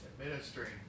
administering